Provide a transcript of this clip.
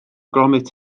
gromit